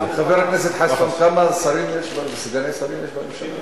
חבר הכנסת חסון, כמה שרים וסגני שרים יש בממשלה?